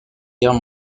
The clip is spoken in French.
guerre